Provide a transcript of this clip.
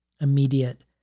immediate